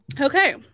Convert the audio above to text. Okay